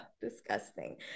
disgusting